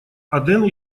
аден